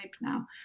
now